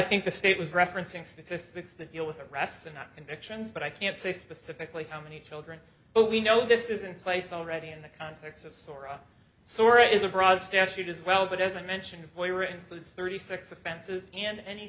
think the state was referencing statistics that deal with arrests and not convictions but i can't say specifically how many children but we know this is in place already in the context of sora sora is a broad statute as well but as i mentioned a boy or includes thirty six